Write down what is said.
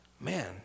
man